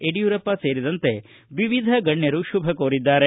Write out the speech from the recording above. ಯಡಿಯೂರಪ್ಪ ಸೇರಿದಂತೆ ವಿವಿಧ ಗಣ್ಯರು ಶುಭ ಕೋರಿದ್ದಾರೆ